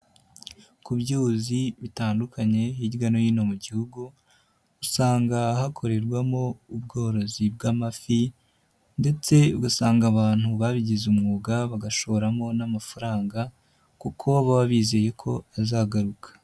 Ku byuzi bitandukanye hirya no hino mu gihugu, usanga hakorerwamo ubworozi bw'amafi ndetse ugasanga abantu babigize umwuga bagashoramo n'amafaranga kuko baba bizeye ko azagaruka.